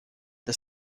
the